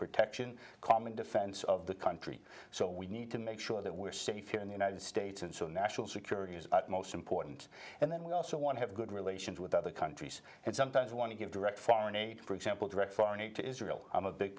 protection common defense of the country so we need to make sure that we're safe here in the united states and so national security is most important and then we also want to have good relations with other countries and sometimes want to give direct foreign aid for example direct foreign aid to israel i'm a big